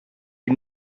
you